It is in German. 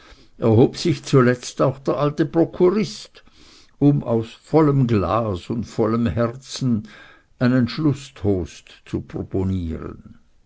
erhob sich zuletzt auch der alte prokurist um aus vollem glas und vollem herzen einen schlußtoast zu